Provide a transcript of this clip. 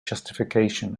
justification